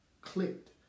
clicked